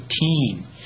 team